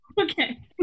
Okay